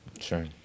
Sure